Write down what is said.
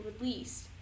released